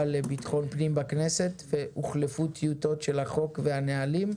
לביטחון פנים בכנסת והוחלפו טיוטות של החוק ושל הנהלים,